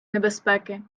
небезпеки